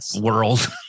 world